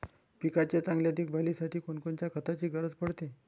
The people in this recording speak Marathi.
पिकाच्या चांगल्या देखभालीसाठी कोनकोनच्या खताची गरज पडते?